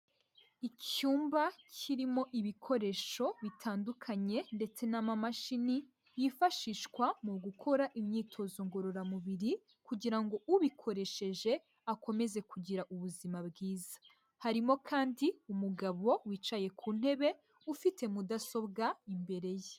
Icyumba kirimo ibikoresho bitandukanye ndetse n'amamashini, yifashishwa mu gukora imyitozo ngororamubiri kugira ngo ubikoresheje akomeze kugira ubuzima bwiza, harimo kandi umugabo wicaye ku ntebe, ufite mudasobwa imbere ye.